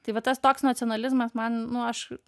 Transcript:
tai va tas toks nacionalizmas man nu aš